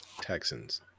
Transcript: Texans